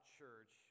church